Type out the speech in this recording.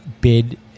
bid